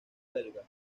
belga